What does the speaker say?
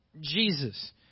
Jesus